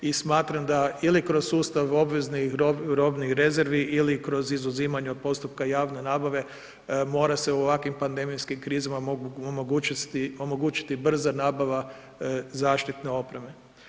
I smatram da, ili kroz sustav obveznih robnih rezervi ili kroz izuzimanje od postupka javne nabave, mora se u ovakvim pandemijskim krizama omogućiti brza nabava zaštitne opreme.